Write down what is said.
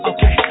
Okay